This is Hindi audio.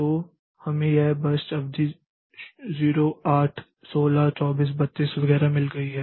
तो हमें यह बर्स्ट अवधि 0 8 16 24 32 वगैरह मिल गई है